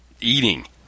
eating